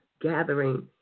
gathering